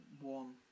one